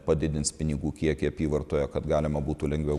padidins pinigų kiekį apyvartoje kad galima būtų lengviau